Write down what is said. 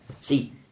See